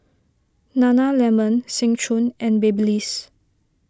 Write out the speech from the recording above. Nana Lemon Seng Choon and Babyliss